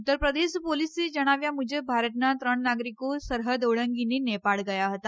ઉત્તર પ્રદેશ પોલીસ જણાવ્યા મુજબ ભારતના ત્રણ નાગરિકો સરહદ ઓલંગીને નેપાળ ગયા હતા